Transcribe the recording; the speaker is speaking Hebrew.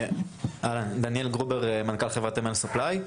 אהלן, דניאל גרובר, מנכ"ל חברת אמ.אי.אל סופליי.